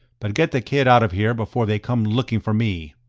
but get the kid out of here before they come looking for me.